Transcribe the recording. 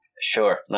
Sure